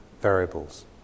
variables